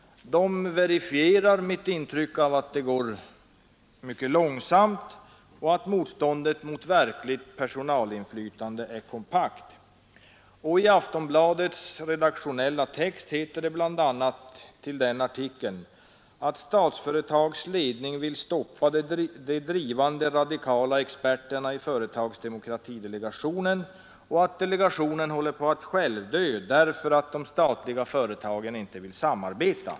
De verifierar min uppfattning att det går mycket långsamt och att motståndet mot verkligt personalinflytande är kompakt. I Aftonbladets redaktionella text till den artikeln heter det bl.a. att ”Statsföretags ledning vill stoppa de drivande radikala experterna i företagsdemokratidelegationen” och att ”delegationen håller på att självdö därför att de statliga företagen inte vill samarbeta”.